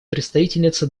представительница